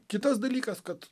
kitas dalykas kad